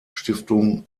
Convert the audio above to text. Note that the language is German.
stiftung